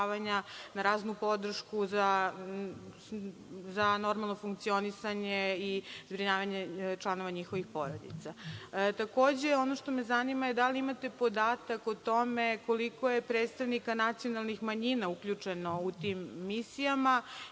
na raznu podršku za normalno funkcionisanje i zbrinjavanje članova njihovih porodica. Takođe, ono što me zanima da li imate podatak o tome koliko je predstavnika nacionalnih manjina uključeno u tim misijama